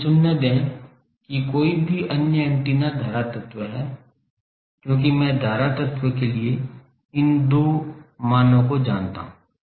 मुझे चुनने दें कि कोई भी अन्य एंटीना धारा तत्व है क्योंकि मैं धारा तत्व के लिए इन दो मानों को जानता हूं